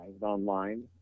online